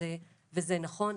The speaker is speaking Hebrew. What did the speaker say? וזה נכון,